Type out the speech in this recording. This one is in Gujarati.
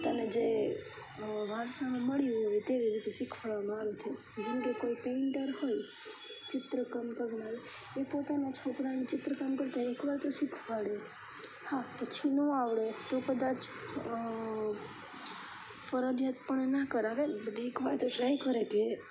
પોતાને જે વારસામાં મળી હોય તેવી રીતે શીખવાડવામાં આવે છે જેમ કે કોઈ પેઈન્ટર હોય ચિત્રકામ કરનાર તે પોતાના છોકરાને ચિત્રકામ કરતા એકવાર તો શીખવાડે હા પછી નો આવડે તો કદાચ ફરજિયાત પણ ના કરાવે એકવાર તો ટ્રાય કરે કે